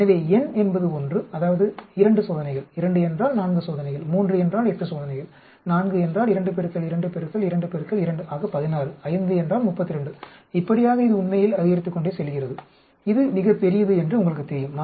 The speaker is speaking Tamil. எனவே n என்பது 1 அதாவது 2 சோதனைகள் 2 என்றால் 4 சோதனைகள் 3 என்றால் 8 சோதனைகள் 4 என்றால் 2 பெருக்கல் 2 பெருக்கல் 2 பெருக்கல் 2 ஆக 16 5 என்றால் 32 இப்படியாக இது உண்மையில் அதிகரித்துக்கொண்டே செல்கிறது இது மிகப் பெரியது என்று உங்களுக்குத் தெரியும்